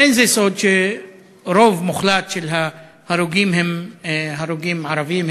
אין זה סוד שרוב מוחלט של ההרוגים הם הרוגים ערבים,